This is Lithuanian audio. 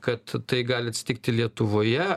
kad tai gali atsitikti lietuvoje